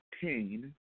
Pain